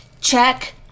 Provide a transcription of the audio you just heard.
Check